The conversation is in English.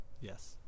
Yes